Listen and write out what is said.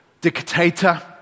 dictator